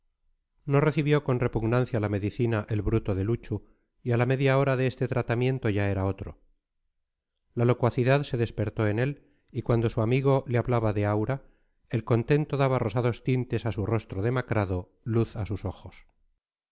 no recibió con repugnancia la medicina el bruto de luchu y a la media hora de este tratamiento ya era otro la locuacidad se despertó en él y cuando su amigo le hablaba de aura el contento daba rosados tintes a su rostro demacrado luz a sus ojos